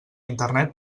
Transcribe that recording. internet